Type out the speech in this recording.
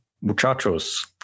muchachos